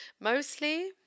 mostly